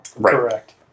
Correct